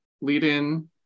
lead-in